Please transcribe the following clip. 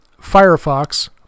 Firefox